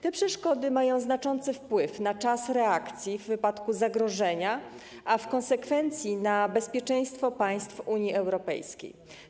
Te przeszkody mają znaczący wpływ na czas reakcji w wypadku zagrożenia, a w konsekwencji na bezpieczeństwo państw Unii Europejskiej.